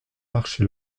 marché